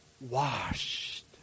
washed